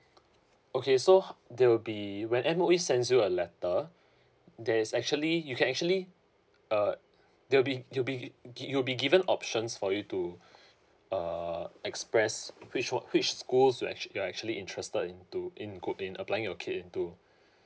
okay so h~ there will be when M_O_E sends you a letter there is actually you can actually uh there'll be there'll be gi~ giv~ you will be given options for you to uh express which one which schools you actual you're actually interested into in good in applying your kid into